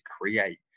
create